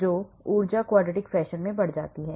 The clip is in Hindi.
तो ऊर्जा quadratic फैशन में बढ़ जाती है